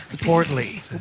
Portly